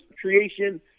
creation